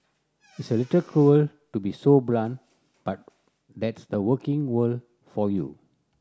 it's a little cruel to be so blunt but that's the working world for you